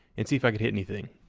and see if i could hit anything.